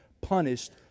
punished